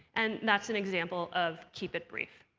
and that's an example of keep it brief.